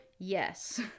Yes